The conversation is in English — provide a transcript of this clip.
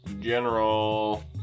General